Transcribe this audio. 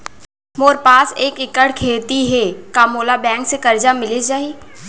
मोर पास एक एक्कड़ खेती हे का मोला बैंक ले करजा मिलिस जाही?